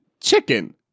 Chicken